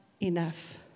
enough